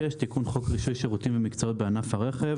תיקון חוק רישוי שירותים ומקצועות בענף הרכב